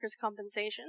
compensation